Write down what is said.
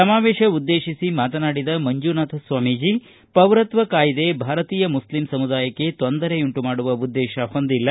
ಸಮಾವೇಶ ಉದ್ದೇಶಿಸಿ ಮಾತನಾಡಿದ ಮಂಜುನಾಥ ಸ್ವಾಮಿಜಿ ಪೌರತ್ವ ಕಾಯ್ದೆ ಭಾರತೀಯ ಮುಸ್ಲಿಂ ಸಮುದಾಯಕ್ಕೆ ತೊಂದರೆಯುಂಟು ಮಾಡುವ ಉದ್ದೇಶ ಹೊಂದಿಲ್ಲ